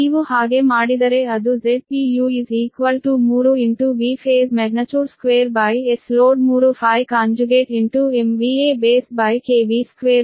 ನೀವು ಹಾಗೆ ಮಾಡಿದರೆ ಅದು Zpu3 Vphase2magnitude squareSload3∅ BB2 this is equation 13